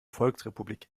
volksrepublik